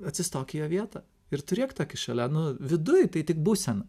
atsistok į jo vietą ir turėk tokį šalia nu viduj tai tik būsena